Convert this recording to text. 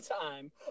time